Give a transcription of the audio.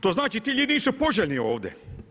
To znači da ti ljudi nisu poželjni ovdje.